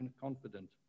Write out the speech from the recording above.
confident